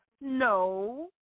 no